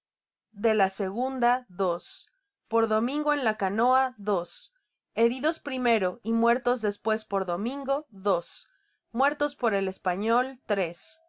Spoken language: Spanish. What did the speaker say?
de la segunda id por domingo en la canoa heridos primero y muertos despues por do miago muertos por el español